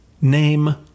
Name